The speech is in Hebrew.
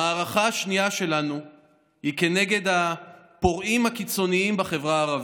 המערכה השנייה שלנו היא נגד הפורעים הקיצונים בחברה הערבית,